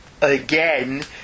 again